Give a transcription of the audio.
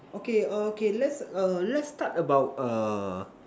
okay err okay let's err let's start about err